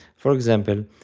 for example,